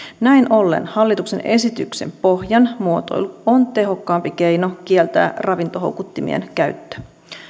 näin ollen hallituksen esityksen pohjan muotoilu on tehokkaampi keino kieltää ravintohoukuttimien käyttö